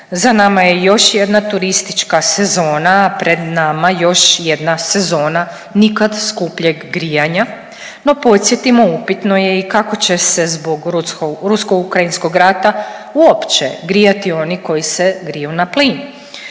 Za nama je još jedna turistička sezona, a pred nama još jedna sezona nikad skupljeg grijanja, no podsjetimo, upitno je i kako će se zbog rusko-ukrajinskog rata uopće grijati oni koji se griju na plin.